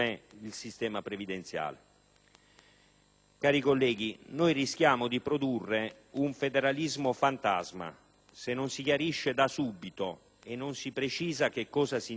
Cari colleghi, noi rischiamo di produrre un federalismo fantasma se non si chiarisce da subito e non si precisa cosa si intende per fabbisogno standard,